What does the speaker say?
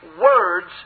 words